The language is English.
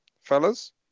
fellas